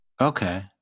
Okay